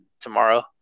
tomorrow